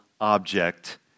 object